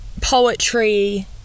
poetry